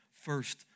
first